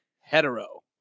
Hetero